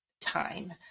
time